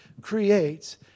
creates